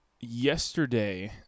yesterday